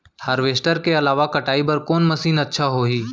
Harvester के अलावा कटाई बर कोन मशीन अच्छा होही?